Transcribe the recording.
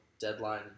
deadline